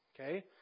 Okay